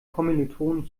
kommilitonen